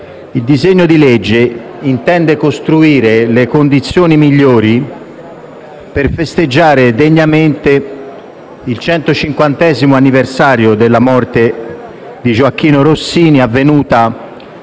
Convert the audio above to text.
Il disegno di legge intende costruire le condizioni migliori per festeggiare degnamente il centocinquantesimo anniversario dalla morte di Gioachino Rossini, avvenuta